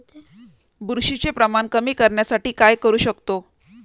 बुरशीचे प्रमाण कमी करण्यासाठी काय करू शकतो?